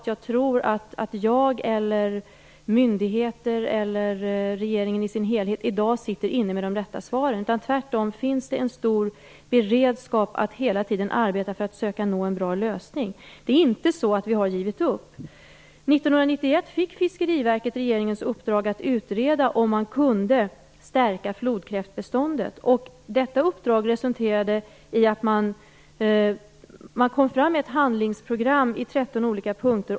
Jag tror inte att jag eller myndigheter eller regeringen i sin helhet i dag sitter inne med de rätta svaren. Tvärtom finns det en stor beredskap för att arbeta för att söka nå en bra lösning. Vi har inte givit upp. År 1991 fick Fiskeriverket regeringens uppdrag att utreda om man kunde stärka flodkräftbeståndet. Detta uppdrag resulterade i att man kom fram med ett handlingsprogram i 13 olika punkter.